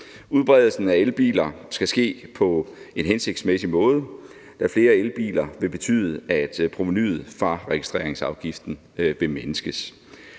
Udbredelsen af elbiler skal ske på en hensigtsmæssig måde, da flere elbiler vil betyde, at provenuet fra registreringsafgiften vil mindskes.